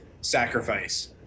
sacrifice